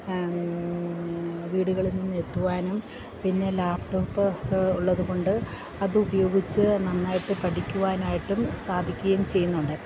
വീടുകളിൽ നിന്നെത്തുവാനും പിന്നെ ലാപ്ടോപ്പ് ഉള്ളതുകൊണ്ട് അതുപയോഗിച്ചു നന്നായിട്ടു പഠിക്കുവാനായിട്ടും സാധിക്കുകയും ചെയ്യുന്നുണ്ട്